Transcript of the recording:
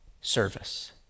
service